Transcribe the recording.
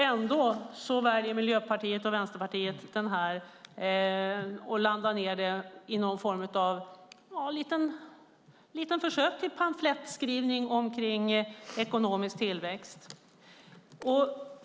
Ändå väljer Miljöpartiet och Vänsterpartiet att landa i någon form av försök till pamflettskrivning omkring ekonomisk tillväxt.